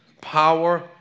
power